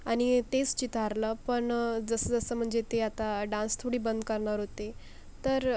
आणि तेस चितारलं पण जसं जसं म्हणजे ते आता डान्स थोडी बंद करणार होते तर